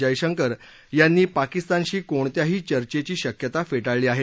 जयशंकर यांनी पाकिस्तानशी कोणत्याही चर्चेची शक्यता फेटाळली आहे